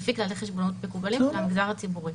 לפי כללי חשבונאות מקובלים במגזר הציבורי.